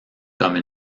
comme